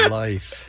life